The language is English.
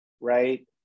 right